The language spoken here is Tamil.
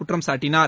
குற்றம்சாட்டினார்